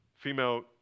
female